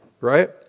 right